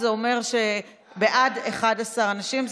זה אומר שבעד, 11 אנשים.